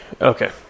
okay